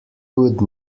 would